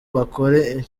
bakore